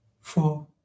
four